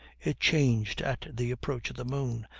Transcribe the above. it changed at the approach of the moon,